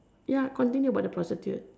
ya continue about the prostitute